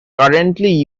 currently